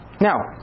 Now